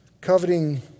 Coveting